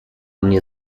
mnie